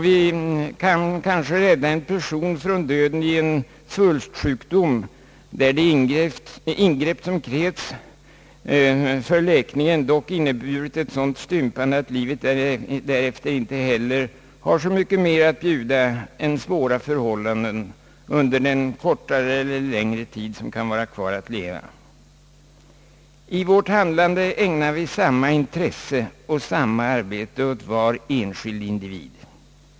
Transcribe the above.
Vi kan kanske rädda en person från döden i en svulstsjukdom, där det ingrepp, som krävts, inneburit ett sådant stympande att livet därefter inte heller har så mycket mer att bjuda än svåra förhållanden under den kortare eller längre tid som han har kvar att leva. I vårt handlande ägnar vi samma intresse och samma arbete åt var enskild individ.